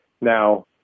Now